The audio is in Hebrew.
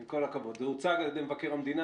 עם כל הכבוד, זה הוצג על ידי מבקר המדינה.